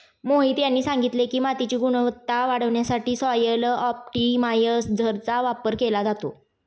मोहित यांनी सांगितले की, मातीची गुणवत्ता वाढवण्यासाठी सॉइल ऑप्टिमायझरचा वापर केला जातो